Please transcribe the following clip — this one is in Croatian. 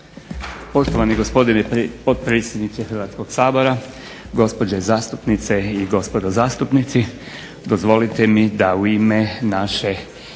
Poštovani gospodine potpredsjedniče Hrvatskog sabora, gospođe zastupnice i gospodo zastupnici. Dozvolite da u ime naše